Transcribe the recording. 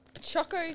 Choco